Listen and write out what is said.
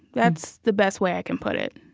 that's the best way i can put it.